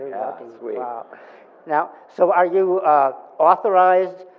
and sweet. ah now, so are you authorized,